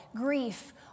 grief